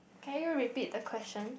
can you repeat the question